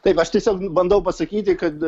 taip aš tiesiog bandau pasakyti kad